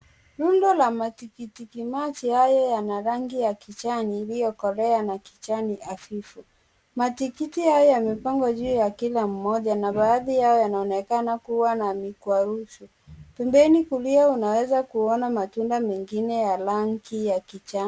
Rundo la matikiti maji haya yana rangi ya kijani iliyokolea na kijani hafifu. Matikiti hayo yamepangwa juu ya kila mmoja na baadhi yao yanaonekana kuwa na mikwaruzo. Pembeni kulia unaeza kuona matunda mengine ya rangi ya kijani.